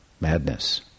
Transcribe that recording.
madness